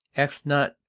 ask not,